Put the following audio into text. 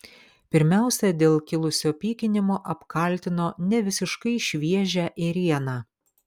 pirmiausia dėl kilusio pykinimo apkaltino nevisiškai šviežią ėrieną